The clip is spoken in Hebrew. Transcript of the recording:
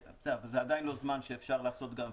זה עדיין לא זמן שאפשר לעשות גם וגם.